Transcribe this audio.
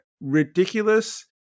ridiculous